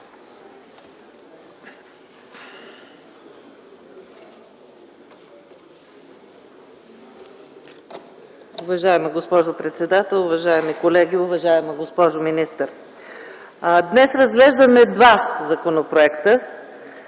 Днес разглеждаме два законопроекта